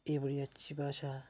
एह् बड़ी अच्छी भाशा